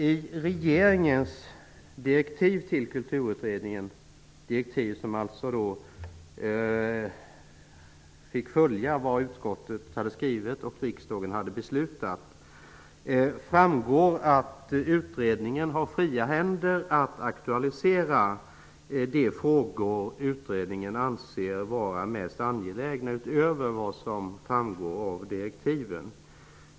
I regeringens direktiv till Kulturutredningen, direktiv som innebar att man fick följa det som utskottet skrivit och som riksdagen hade beslutat om, framgår det att utredningen har fria händer att aktualisera de frågor som utredningen anser vara mest angelägna, utöver vad som framgår av direktiven.